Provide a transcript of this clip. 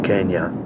Kenya